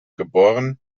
geb